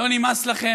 לא נמאס לכם?